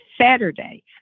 Saturday